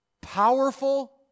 powerful